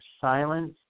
silence